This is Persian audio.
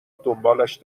دنبالش